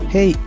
Hey